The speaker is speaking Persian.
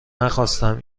نخواستم